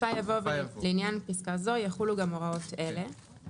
"לעניין פסקה זו יחולו גם הוראות אלה: